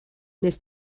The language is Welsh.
nes